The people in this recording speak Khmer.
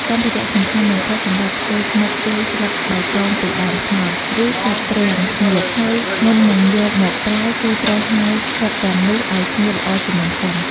សម្ភារៈសំខាន់បំផុតសម្រាប់ធ្វើស្មុគគឺស្លឹកបៃតងពីដើមត្នោត ឬស្លឹកទ្រាំងស្ងួត ហើយមុននឹងយកមកប្រើគេត្រូវហាលស្លឹកទាំងនោះឲ្យស្ងួតល្អជាមុនសិន។